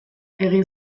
egin